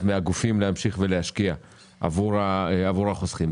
מהגופים להמשיך ולהשקיע עבור החוסכים.